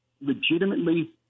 legitimately